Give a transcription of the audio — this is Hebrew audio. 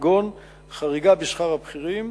כגון חריגה בשכר הבכירים,